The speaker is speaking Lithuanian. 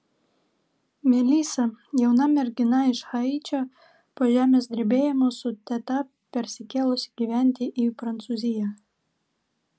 melisa jauna mergina iš haičio po žemės drebėjimo su teta persikėlusi gyventi į prancūziją